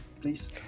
please